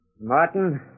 Martin